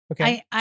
Okay